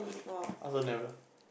I also never